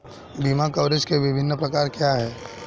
बीमा कवरेज के विभिन्न प्रकार क्या हैं?